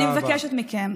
אני מבקשת מכם,